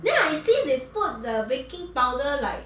then I see they put the baking powder like